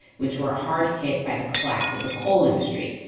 which were hard hit by the collapse of the coal industry.